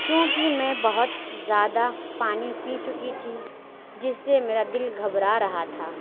کیوں کہ میں بہت زیادہ پانی پی چُکی تھی جس سے میرا دِل گھبرا رہا تھا